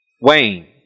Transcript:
Wayne